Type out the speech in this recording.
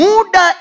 Muda